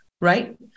right